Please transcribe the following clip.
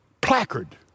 placard